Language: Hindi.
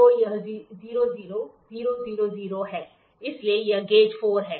तो यह 00 000 है इसलिए यह गेज 4 है